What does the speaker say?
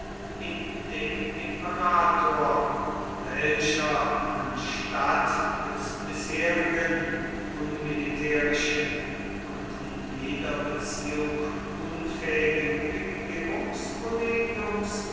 in dem imperator welcher anstatt des bisherigen unmilitärischen und in jeder beziehung unfähigen